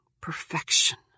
perfection